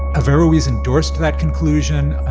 averroes endorsed that conclusion,